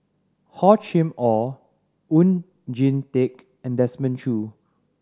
Hor Chim Or Oon Jin Teik and Desmond Choo